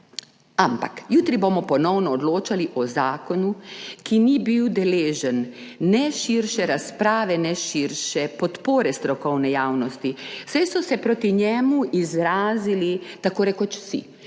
Ampak jutri bomo ponovno odločali o zakonu, ki ni bil deležen ne širše razprave ne širše podpore strokovne javnosti, saj so se proti njemu izrazili tako rekoč vsi.